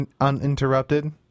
Uninterrupted